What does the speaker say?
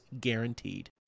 guaranteed